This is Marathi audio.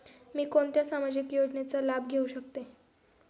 मी कोणत्या सामाजिक योजनेचा लाभ घेऊ शकते?